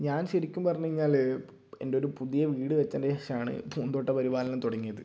ഞാൻ ശരിക്കും പറഞ്ഞു കഴിഞ്ഞാൽ എൻ്റെ ഒരു പുതിയ വീട് വെച്ചതിന്റെ ശേഷമാണ് പൂന്തോട്ട പരിപാലനം തുടങ്ങിയത്